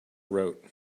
wrote